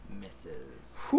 misses